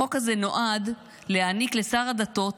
החוק הזה נועד להעניק לשר הדתות